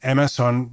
Amazon